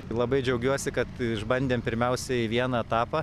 labai džiaugiuosi kad išbandėm pirmiausiai vieną etapą